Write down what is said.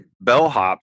bellhop